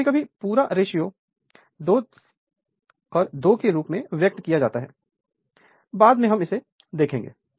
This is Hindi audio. तो कभी कभी पूरा रेशियो 22 के रूप में व्यक्त किया जाता है बाद में हम इसे देखेंगे